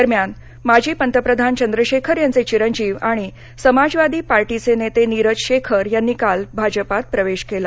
दरम्यान माजी पंतप्रधान चंद्रशेखर यांचे चिरंजीव आणि समाजवादी पार्टीचे नेते नीरज शेखर यांनी काल भाजपात प्रवेश केला